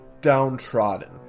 downtrodden